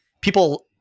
people